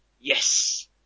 Yes